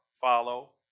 follow